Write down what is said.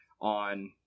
on